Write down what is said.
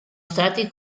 stati